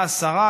חס וחלילה.